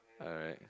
alright